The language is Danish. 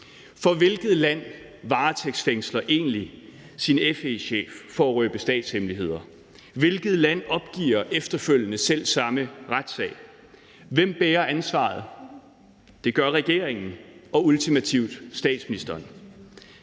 For hvilket land varetægtsfængsler egentlig sin FE-chef for at røbe statshemmeligheder? Hvilket land opgiver efterfølgende selv samme retssag? Hvem bærer ansvaret? Det gør regeringen og ultimativt statsministeren.